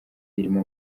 irimo